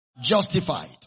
justified